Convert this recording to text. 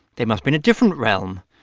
they must be in a different realm.